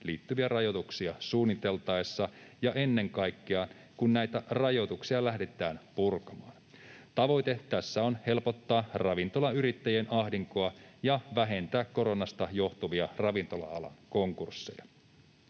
liittyviä rajoituksia suunniteltaessa ja ennen kaikkea sitten, kun näitä rajoituksia lähdetään purkamaan. Tavoite tässä on helpottaa ravintolayrittäjien ahdinkoa ja vähentää koronasta johtuvia ravintola-alan konkursseja.